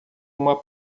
uma